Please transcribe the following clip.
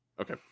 Okay